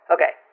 Okay